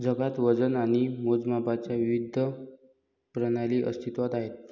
जगात वजन आणि मोजमापांच्या विविध प्रणाली अस्तित्त्वात आहेत